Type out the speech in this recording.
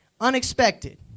Unexpected